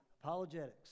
Apologetics